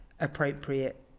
appropriate